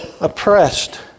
oppressed